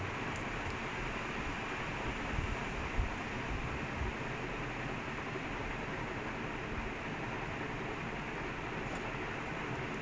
I dude there is there is like err resume like what do you call that templates